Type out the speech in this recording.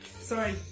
Sorry